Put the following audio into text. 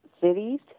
cities